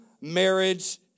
marriage